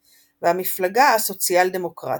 המפלגה הסוציאליסטית והמפלגה הסוציאל-דמוקרטית.